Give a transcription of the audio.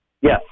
Yes